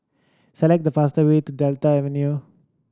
select the fastest way to Delta Avenue